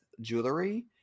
jewelry